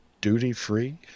duty-free